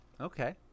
Okay